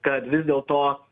kad vis dėlto